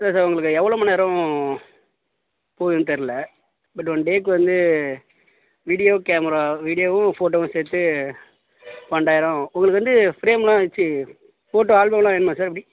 இல்லை சார் உங்களுக்கு எவ்வளோ மணிநேரம் போகுதுன்னு தெரில பட் ஒன் டேவுக்கு வந்து வீடியோ கேமரா வீடியோவும் ஃபோட்டோவும் சேர்த்து பன்னெண்டாயிரம் உங்களுக்கு வந்து ஃப்ரேம்லாம் வச்சு ஃபோட்டோ ஆல்பம்லாம் வேணுமா சார் எப்படி